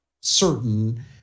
certain